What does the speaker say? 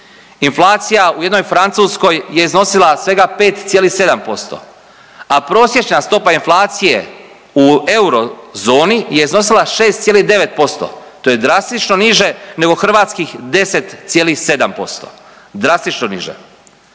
inflacija u jednoj Francuskoj je iznosila svega 5,7%, a prosječna stopa inflacije u eurozoni je iznosila 6,9%, to je drastično niže nego hrvatskih 10,7%, drastično niže.